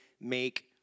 make